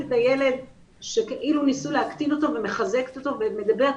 את הילד שכאילו ניסו להקטין אותו ומחזקת אותו ומדברת